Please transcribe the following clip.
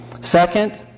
Second